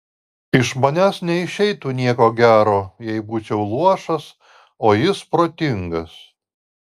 iš manęs neišeitų nieko gero jei būčiau luošas o jis protingas